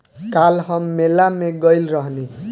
काल्ह हम मेला में गइल रहनी